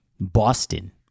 Boston